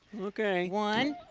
okay. one,